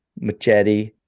Machete